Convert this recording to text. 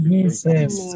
Jesus